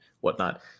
whatnot